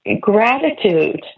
gratitude